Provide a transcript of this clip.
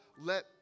Let